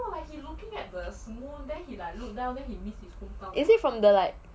is it from the like